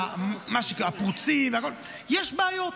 הפרוצים, יש בעיות.